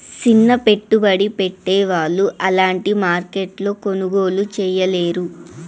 సిన్న పెట్టుబడి పెట్టే వాళ్ళు అలాంటి మార్కెట్లో కొనుగోలు చేయలేరు